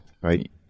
right